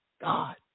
God